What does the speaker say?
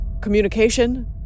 communication